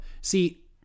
see